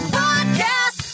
podcast